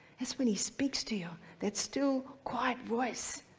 that's when he speaks to you that still, quiet voice,